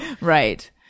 Right